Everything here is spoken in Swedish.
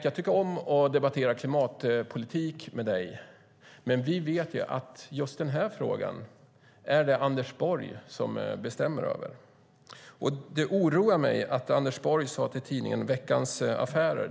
Jag tycker om att debattera klimatpolitik med dig, Lena Ek, men vi vet att det är Anders Borg som bestämmer över just denna fråga.